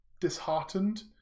Disheartened